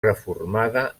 reformada